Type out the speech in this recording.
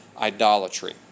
idolatry